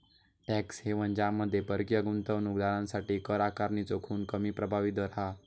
tax haven ज्यामध्ये परकीय गुंतवणूक दारांसाठी कर आकारणीचो खूप कमी प्रभावी दर हा